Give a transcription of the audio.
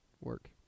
work